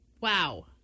Wow